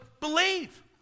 believe